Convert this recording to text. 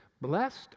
blessed